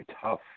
tough